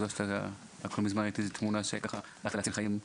לא מזמן ראיתי תמונה שהלכת להצלי חיים.